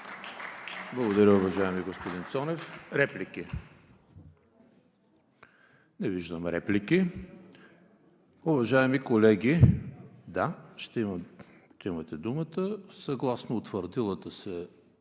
Благодаря, уважаеми господин Цонев. Реплики? Не виждам. (Реплика.) Уважаеми колеги, ще имате думата. Съгласно утвърдилата се